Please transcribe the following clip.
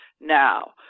now